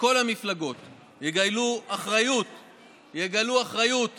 שכל המפלגות יגלו אחריות כלפי